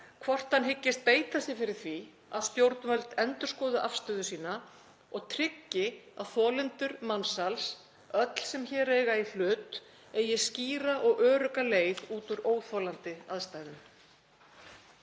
hvort hann hyggist beita sér fyrir því að stjórnvöld endurskoði afstöðu sína og tryggi að þolendur mansals, öll þau sem hér eiga í hlut, eigi skýra og örugga leið út úr óþolandi aðstæðum.